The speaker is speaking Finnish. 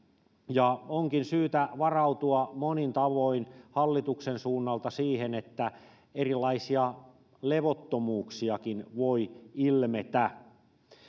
ja onkin syytä varautua monin tavoin hallituksen suunnalta siihen että erilaisia levottomuuksiakin voi ilmetä